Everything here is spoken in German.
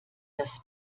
das